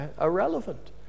irrelevant